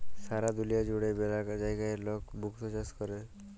সারা দুলিয়া জুড়ে ম্যালা জায়গায় লক মুক্ত চাষ ক্যরে